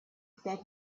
that